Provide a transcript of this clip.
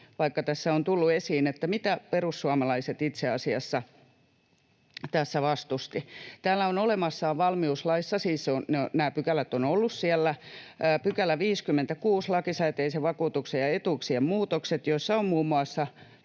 vaikka se tässä on tullut esiin — mitä perussuomalaiset itse asiassa tässä vastustivat. Täällä on olemassaan valmiuslaissa, siis nämä pykälät ovat olleet siellä, 56 §, Lakisääteisen vakuutuksen ja etuuksien muutokset, jossa ovat muun muassa